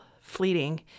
fleeting